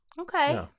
Okay